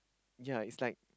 yea is like